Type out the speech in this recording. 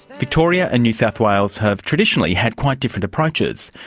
victoria and new south wales have traditionally had quite different approaches.